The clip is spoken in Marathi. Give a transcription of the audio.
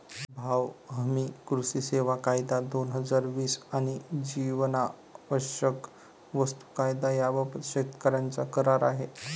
भाव हमी, कृषी सेवा कायदा, दोन हजार वीस आणि जीवनावश्यक वस्तू कायदा याबाबत शेतकऱ्यांचा करार आहे